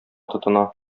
тотына